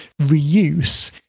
Reuse